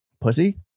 pussy